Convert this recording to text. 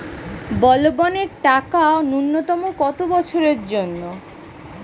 বলবনের টাকা ন্যূনতম কত বছরের জন্য?